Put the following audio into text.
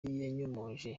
yanyomoje